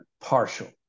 partial